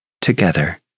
together